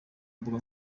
mbuga